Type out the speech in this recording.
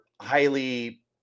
highly